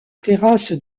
terrasse